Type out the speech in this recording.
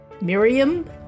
Miriam